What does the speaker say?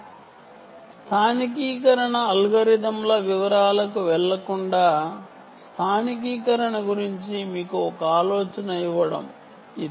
ఇది స్థానికీకరణ అల్గోరిథంల వివరాలకు వెళ్ళకుండా స్థానికీకరణ గురించి మీకు ఒక ఆలోచన ఇవ్వడం కోసం మాత్రమే